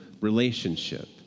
relationship